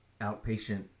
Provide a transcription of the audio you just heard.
outpatient